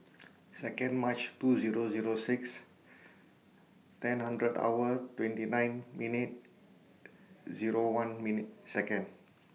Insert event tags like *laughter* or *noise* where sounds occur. *noise* Second March two Zero Zero six ten hunderd hour twenty nine minute Zero one minute Second